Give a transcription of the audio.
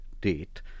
date